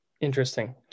interesting